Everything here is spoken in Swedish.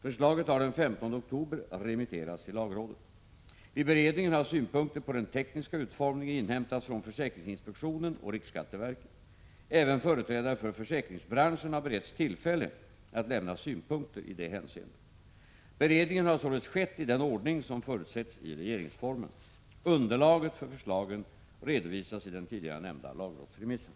Förslagen har den 15 oktober remitterats till lagrådet. Vid beredningen har synpunkter på den tekniska utformningen inhämtats från försäkringsinspektionen och riksskatteverket. Även företrädare för försäkringsbranschen har beretts tillfälle att lämna synpunkter i det hänseendet. Beredningen har således skett i den ordning som förutsätts i regeringsformen. Underlaget för förslagen redovisas i den tidigare nämnda lagrådsremissen.